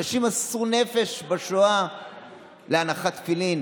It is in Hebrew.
אנשים מסרו נפש בשואה על הנחת תפילין,